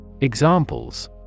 Examples